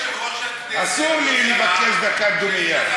אסור לי לבקש דקה דומייה.